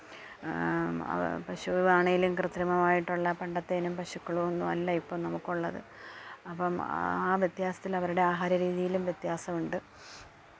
പശു ആണേലും കൃത്രിമമായിട്ടുള്ള പണ്ടത്തെ ഇനം പശുക്കളൊന്നുമല്ല ഇപ്പോള് നമുക്കുള്ളത് അപ്പോള് ആ വ്യത്യാസത്തിൽ അവര്ടെ ആഹാര രീതിയിലും വ്യത്യാസമുണ്ട്